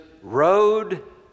road